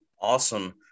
Awesome